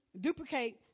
duplicate